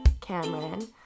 Cameron